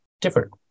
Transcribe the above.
different